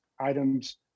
items